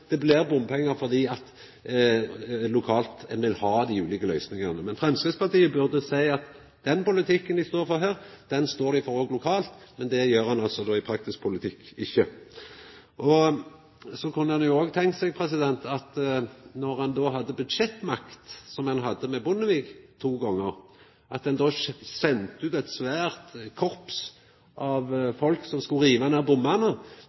det blir bompengar, fordi ein lokalt vil ha dei ulike løysingane. Men Framstegspartiet burde seia at den politikken dei står for her, står dei for lokalt, men det gjer ein altså i praktisk politikk ikkje. Så kunne ein òg tenkt seg, når ein hadde budsjettmakt, som ein hadde med Bondevik-regjeringa to gonger, at ein sende ut eit svært korps av folk som skulle riva ned